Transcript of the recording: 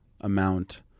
amount